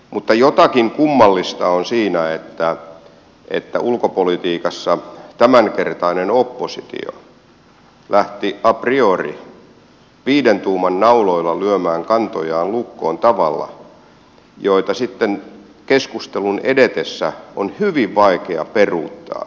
mutta jotakin kummallista on siinä että ulkopolitiikassa tämänkertainen oppositio lähti a priori viiden tuuman nauloilla lyömään kantojaan lukkoon tavalla jota sitten keskustelun edetessä on hyvin vaikea peruuttaa